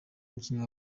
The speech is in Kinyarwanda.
umukinnyi